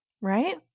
Right